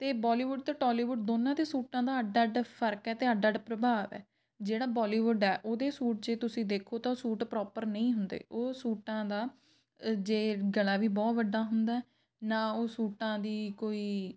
ਅਤੇ ਬੋਲੀਵੁੱਡ ਤੋਂ ਟੋਲੀਵੁੱਡ ਦੋਨਾਂ 'ਤੇ ਸੂਟਾਂ ਦਾ ਅੱਡ ਅੱਡ ਫਰਕ ਹੈ ਅਤੇ ਅੱਡ ਅੱਡ ਪ੍ਰਭਾਵ ਹੈ ਜਿਹੜਾ ਬੋਲੀਵੁੱਡ ਹੈ ਉਹਦੇ ਸੂਟ ਜੇ ਤੁਸੀਂ ਦੇਖੋ ਤਾਂ ਉਹ ਸੂਟ ਪ੍ਰੋਪਰ ਨਹੀਂ ਹੁੰਦੇ ਉਹ ਸੂਟਾਂ ਦਾ ਅ ਜੇ ਗਲਾ ਵੀ ਬਹੁਤ ਵੱਡਾ ਹੁੰਦਾ ਨਾ ਉਹ ਸੂਟਾਂ ਦੀ ਕੋਈ